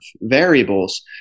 variables